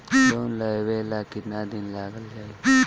Loan लेबे ला कितना दिन लाग जाई?